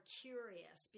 curious